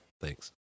Thanks